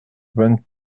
vingt